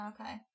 Okay